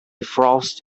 frost